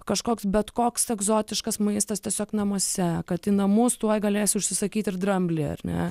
kažkoks bet koks egzotiškas maistas tiesiog namuose kad į namus tuoj galės užsisakyt ir dramblį ar ne